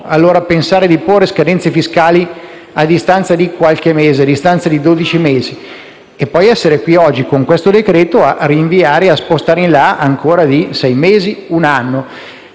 allora, pensare di porre scadenze fiscali a distanza di qualche mese, a distanza di dodici mesi e poi essere qui oggi, con questo decreto-legge, a rinviare e spostare in là, di ancora sei mesi e un anno?